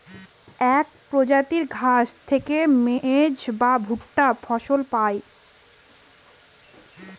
এক প্রজাতির ঘাস থেকে মেজ বা ভুট্টা ফসল পায়